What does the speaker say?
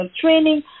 training